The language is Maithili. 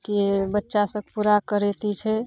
की बच्चा सब पूरा करै की छै